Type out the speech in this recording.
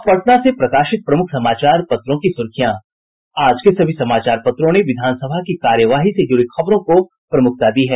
अब पटना से प्रकाशित प्रमुख समाचार पत्रों की सुर्खियां आज के सभी समाचार पत्रों ने विधानसभा की कार्यवाही से जुड़ी खबरों को प्रमुखता दी है